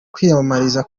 kwiyamamariza